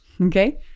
okay